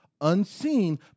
unseen